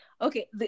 Okay